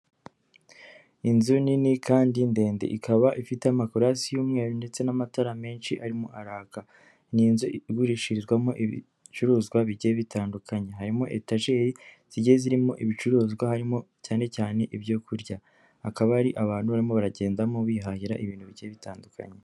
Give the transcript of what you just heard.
Inzu nini kandi ndende, ikaba ifite amakaro hasi y'umweru ndetse n'amatara menshi arimo araka, ni inzu igurishirizwamo ibicuruzwa bigiye bitandukanye,m harimo etajeri zigiye zirimo ibicuruzwa, harimo cyane cyane ibyo kurya, hakaba hari abantu barimo baragendamo bihahira ibintu bigiye bitandukanye.